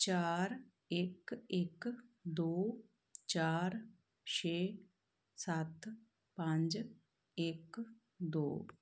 ਚਾਰ ਇੱਕ ਇੱਕ ਦੋ ਚਾਰ ਛੇ ਸੱਤ ਪੰਜ ਇੱਕ ਦੋ